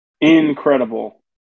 Incredible